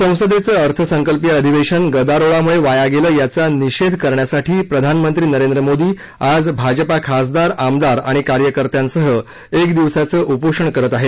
संसदेचं अर्थसंकल्पीय आधिवेशन गदारोळामुळे वाया गेलं याचा निषेध करण्यासाठी प्रधानमंत्री नरेंद्र मोदी आज भाजपा खासदार आमदार आणि कार्यकर्त्यांसह एक दिवसाचं उपोषण करत आहेत